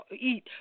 Eat